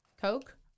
Coke